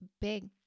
big